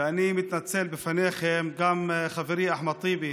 ואני מתנצל בפניכם, גם חברי אחמד טיבי